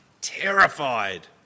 terrified